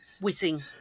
Whizzing